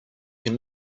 can